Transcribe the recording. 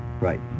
Right